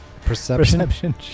Perception